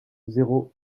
zéro